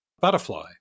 butterfly